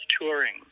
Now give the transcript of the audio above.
touring